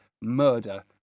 murder